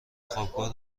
خوابگاه